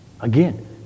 Again